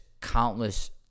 countless